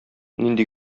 нинди